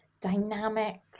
dynamic